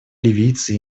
ливийцы